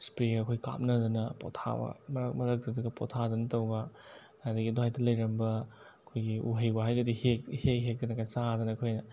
ꯏꯁꯄ꯭ꯔꯦꯒ ꯑꯩꯈꯣꯏ ꯀꯥꯞꯅꯗꯅ ꯄꯣꯠꯊꯥꯕ ꯃꯔꯛ ꯃꯔꯛꯇꯨꯗꯒ ꯄꯣꯊꯥꯗꯅ ꯇꯧꯕ ꯑꯗꯒꯤ ꯑꯗꯨꯋꯥꯏꯗ ꯂꯩꯔꯝꯕ ꯑꯩꯈꯣꯏꯒꯤ ꯎꯍꯩ ꯋꯥꯍꯩꯒꯗꯣ ꯍꯦꯛ ꯍꯦꯛ ꯍꯦꯛꯇꯅꯒ ꯆꯥꯗꯅ ꯑꯩꯈꯣꯏꯅ